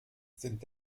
sind